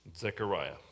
Zechariah